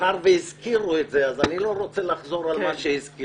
מאחר שהזכירו את זה אני לא רוצה לחזור על מה שהזכירו,